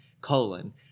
Colon